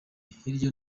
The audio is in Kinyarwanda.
hirya